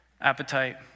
Appetite